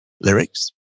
lyrics